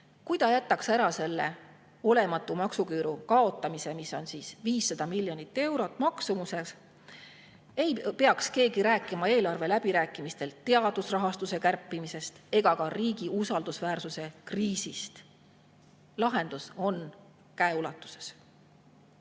Kui ta jätaks ära selle olematu maksuküüru kaotamise, mis maksab 500 miljonit eurot, ei peaks keegi rääkima eelarve läbirääkimistel teadusrahastuse kärpimisest ega ka riigi usaldusväärsuse kriisist. Lahendus on käeulatuses.